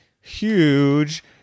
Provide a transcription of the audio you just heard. huge